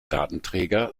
datenträger